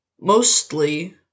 mostly